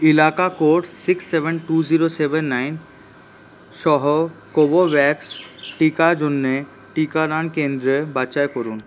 এলাকা code six seven two zero seven nine সহ Covovax টিকার জন্যে টিকাদান কেন্দ্রের বাছাই করুন